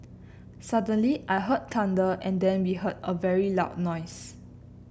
suddenly I heard thunder and then we heard a very loud noise